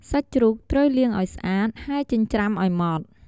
សាច់ជ្រូកត្រូវលាងឲ្យស្អាត ហើយចិញ្ច្រាំឲ្យម៉ត់។